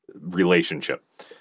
relationship